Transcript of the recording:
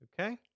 Okay